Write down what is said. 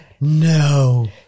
No